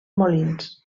molins